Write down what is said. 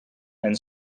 and